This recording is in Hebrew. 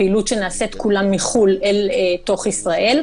פעילות שנעשית כולה מחו"ל אל תוך ישראל.